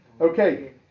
Okay